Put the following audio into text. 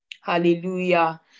Hallelujah